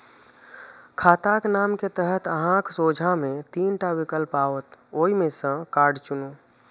खाताक नाम के तहत अहांक सोझां मे तीन टा विकल्प आओत, ओइ मे सं कार्ड चुनू